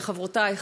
חברותי,